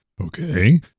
Okay